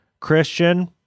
Christian